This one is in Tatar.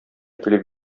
килеп